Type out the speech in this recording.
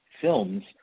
films